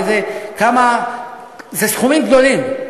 אלה סכומים גדולים.